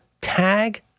tag